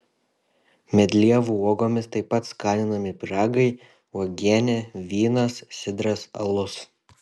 medlievų uogomis taip pat skaninami pyragai uogienė vynas sidras alus